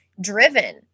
driven